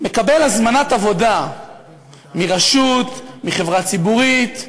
מקבל הזמנת עבודה מרשות, מחברה ציבורית,